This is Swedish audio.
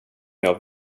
jag